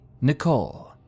Nicole